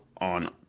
on